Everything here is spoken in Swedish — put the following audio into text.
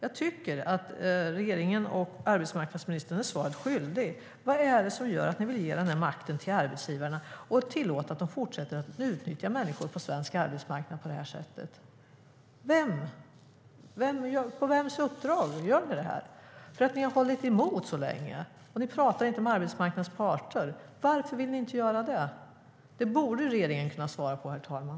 Jag tycker att regeringen och arbetsmarknadsministern är svaret skyldiga: Vad är det som gör att ni vill ge den här makten till arbetsgivarna och tillåta att de fortsätter att utnyttja människor på svensk arbetsmarknad på det här sättet? På vems uppdrag gör ni det? Ni har ju hållit emot så länge och pratar inte med arbetsmarknadens parter. Varför vill ni inte göra det? Det borde regeringen kunna svara på, herr talman.